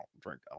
drink